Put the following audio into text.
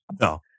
No